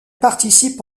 participe